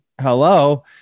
hello